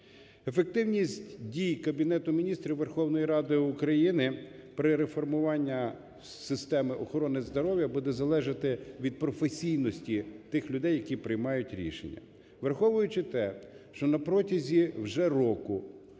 Ефективність дій Кабінету Міністрів Верховної Ради України при реформуванні системи охорони здоров'я буде залежати від професійності тих людей, які приймають рішення. Враховуючи те, що на протязі вже року